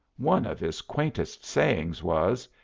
one of his quaintest sayings was,